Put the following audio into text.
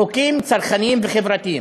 חוקים צרכניים וחברתיים.